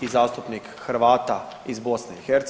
i zastupnik Hrvata iz BiH